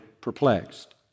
perplexed